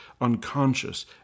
unconscious